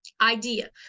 idea